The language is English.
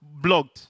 Blogged